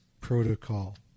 protocol